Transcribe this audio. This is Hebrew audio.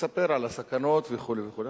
ולספר על הסכנות, וכו' וכו'.